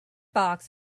box